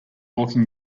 walking